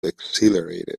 exhilarated